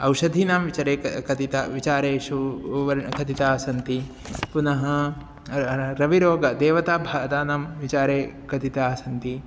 औषधीनां विचारे क कथितः विचारेषु वर्णाः कथिताः सन्ति पुनः रविरोगः देवताबाधानां विचारे कथिताः सन्ति